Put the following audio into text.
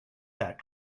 that